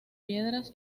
piedras